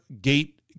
gate